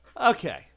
Okay